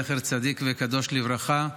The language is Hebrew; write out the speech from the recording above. זכר צדיק וקדוש לברכה.